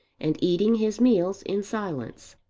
and eating his meals in silence.